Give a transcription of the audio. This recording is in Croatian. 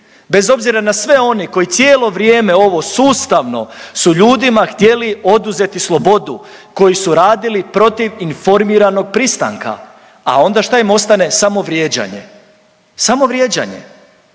bez obzira na sve one koji cijelo vrijeme ovo sustavno su ljudima htjeli oduzeti slobodu, koji su radili protiv informiranog pristanka, a ona šta im ostane, samo vrijeđanje, samo vrijeđanje.